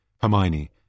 Hermione